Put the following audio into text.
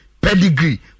pedigree